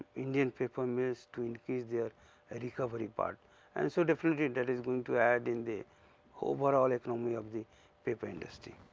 indian paper mills to increase their ah recovery part and so definitely that is going to add in the overall economy of the paper industry.